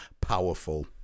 Powerful